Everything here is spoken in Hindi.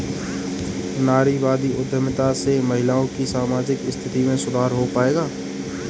नारीवादी उद्यमिता से महिलाओं की सामाजिक स्थिति में सुधार हो पाएगा?